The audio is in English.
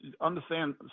understand